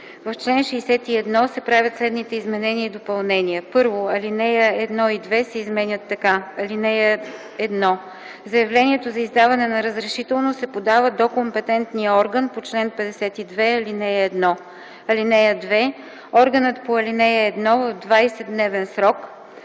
В чл. 61 се правят следните изменения и допълнения: 1. Алинеи 1 и 2 се изменят така: „(1) Заявлението за издаване на разрешително се подава до компетентния орган по чл. 52, ал. 1. (2) Органът по ал. 1 в 20-дневен срок: